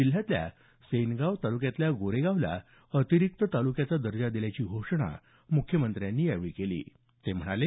जिल्ह्यातल्या सेनगाव तालुक्यातल्या गोरेगावला अतिरिक्त तालुक्याचा दर्जा दिल्याची घोषणा मुख्यमंत्र्यांनी या वेळी केली ते म्हणाले